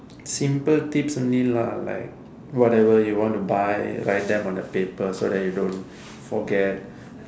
simple tips only lah like whatever you want to buy write them on a paper so that you don't forget